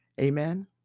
Amen